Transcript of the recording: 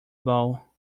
bow